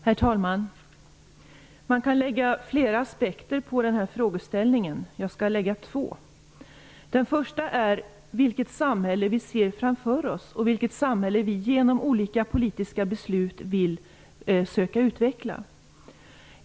Herr talman! Man kan anlägga flera aspekter på den här frågeställningen. Jag skall anlägga två sådana. Den första aspekten gäller vilket samhälle vi ser framför oss och vilket samhälle vi genom olika politiska beslut vill söka utveckla.